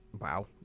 Wow